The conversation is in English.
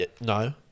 No